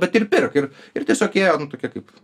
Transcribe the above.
bet ir pirk ir ir tiesiog jie nu tokie kaip